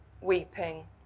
weeping